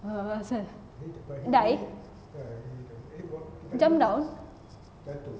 !huh! what die jump down